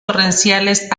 torrenciales